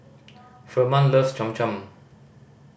Firman loves Cham Cham